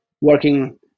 working